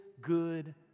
good